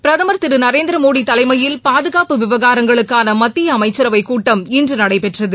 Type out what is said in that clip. பிரதமர் திரு நரேந்திரமோடி தலைமையில் பாதுகாப்பு விவகாரங்களுக்கான மத்திய அமைச்சரவை கூட்டம் இன்று நடைபெற்றது